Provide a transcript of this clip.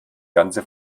ganze